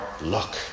look